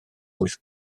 wyth